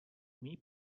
umí